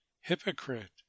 Hypocrite